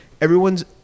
Everyone's